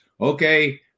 okay